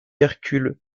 hercule